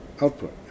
output